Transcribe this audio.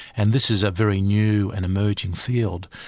and this is a very new and emerging field.